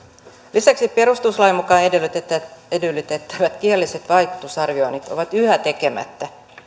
lisäksi perustuslain mukaan edellytettävät edellytettävät kielelliset vaikutusarvioinnit ovat yhä tekemättä